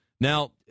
Now